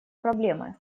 проблемы